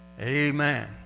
Amen